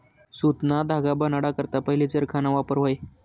सुतना धागा बनाडा करता पहिले चरखाना वापर व्हये